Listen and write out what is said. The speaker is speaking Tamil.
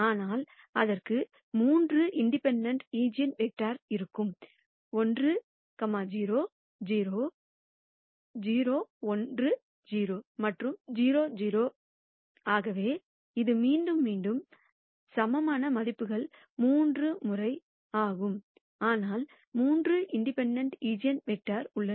ஆனால் அதற்கு மூன்று இண்டிபேன்டென்ட் ஈஜென்வெக்டர்கள் இருக்கும் 1 0 0 0 1 0 மற்றும் 0 0 ஆகவே இது மீண்டும் மீண்டும் சமமான மதிப்புகள் மூன்று முறை ஆகும் ஆனால் மூன்று இண்டிபெண்டெண்ட் ஈஜென்வெக்டர்கள் உள்ளன